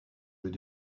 jeux